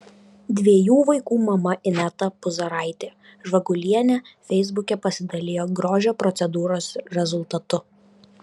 dviejų vaikų mama ineta puzaraitė žvagulienė feisbuke pasidalijo grožio procedūros rezultatu